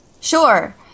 Sure